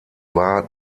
war